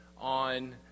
on